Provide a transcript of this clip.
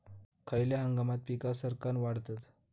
खयल्या हंगामात पीका सरक्कान वाढतत?